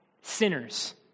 sinners